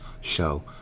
show